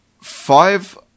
Five